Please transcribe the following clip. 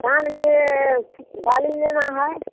कान के बाली लेना है